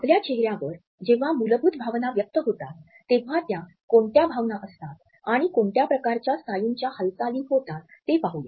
आपल्या चेहऱ्यावर जेव्हा मूलभूत भावना व्यक्त होतात तेव्हा त्या कोणत्या भावना असतात आणि कोणत्या प्रकारच्या स्नायूंच्या हालचाली होतात ते पाहूया